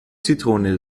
zitrone